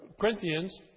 Corinthians